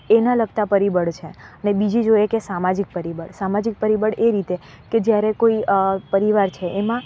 એના લગતા પરિબળ છે અને બીજી જોઈએ કે સામાજિક પરિબળ સામાજિક પરિબળ એ રીતે કે જ્યારે કોઈ પરિવાર છે એમાં